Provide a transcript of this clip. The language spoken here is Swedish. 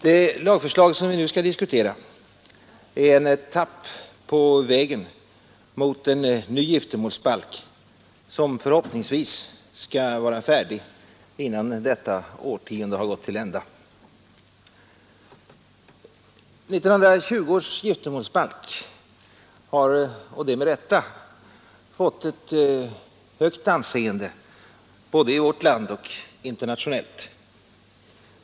Det lagförslag som vi nu skall diskutera är en etapp på vägen mot en ny giftermålsbålk, som förhoppningsvis skall vara färdig innan detta årtionde har gått till ända. 1920 års giftermålsbalk har, och det med rätta, fått ett högt anseende både i vårt land och internationellt.